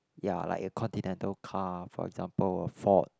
ya like a continental car for example a Ford